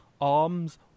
ARMS